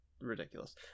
ridiculous